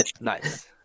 Nice